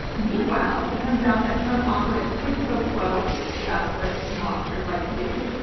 meanwhile, it comes out that trump offered a quid pro quo because that's what mobsters like to do,